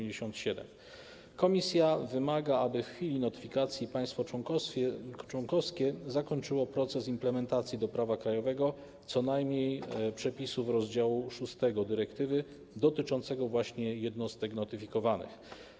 Komisja wymaga, aby w chwili notyfikacji państwo członkowskie zakończyło proces implementacji do prawa krajowego co najmniej przepisów rozdziału VI dyrektywy dotyczącego właśnie jednostek notyfikowanych.